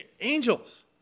angels